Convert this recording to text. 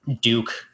Duke